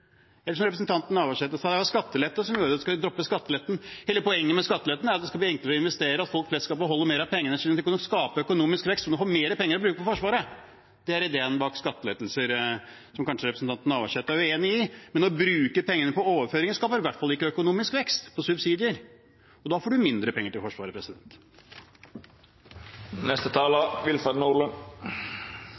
Eller som representanten Navarsete sa – vi skal droppe skatteletten. Hele poenget med skatteletten er at det skal bli enklere å investere, at folk flest skal beholde mer av pengene, slik at de kan skape økonomisk vekst og vi får mer penger å bruke på Forsvaret. Det er ideen bak skattelettelser, noe representanten Navarsete kanskje er uenig i, men å bruke pengene på overføringer og subsidier skaper i hvert fall ikke økonomisk vekst, og da får man mindre penger til Forsvaret.